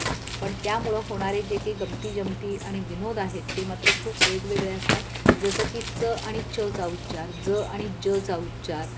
हां पण त्यामुळं होणारे जे काही गमतीजमती आणि विनोद आहेत ते मात्र खूप वेगवेगळे असतात जसं की च आणि च चा उच्चार ज आणि ज चा उच्चार